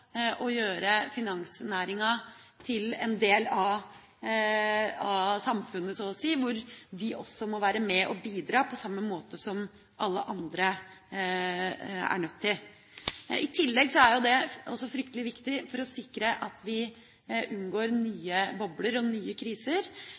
å gjøre finansnæringa til en del av samfunnet så å si, der de også må være med og bidra på samme måte som alle andre er nødt til. I tillegg er jo det også veldig viktig for å sikre at vi unngår